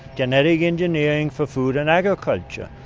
genetic engineering for food and agriculture.